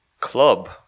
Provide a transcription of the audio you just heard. club